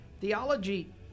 theology